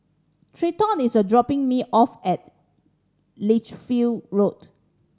Treyton is dropping me off at Lichfield Road